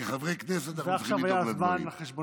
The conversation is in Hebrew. כחברי כנסת אנחנו צריכים לדאוג לדברים.